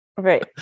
right